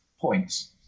points